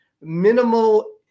minimal